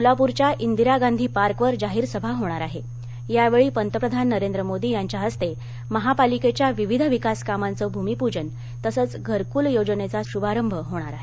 सोलापूरच्या इंदिरा गांधी पार्कवर जाहीर सभा होणार आहे यावेळी पंतप्रधान नरेंद्र मोदी यांच्या हस्ते महापालिकेच्या विविध विकास कामांचं भूमिपूजन तसंच घरकूल योजनेचा शुभारंभ होणार आहे